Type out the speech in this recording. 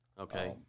Okay